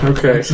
Okay